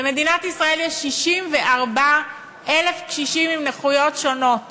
במדינת ישראל יש 64,000 קשישים עם נכויות שונות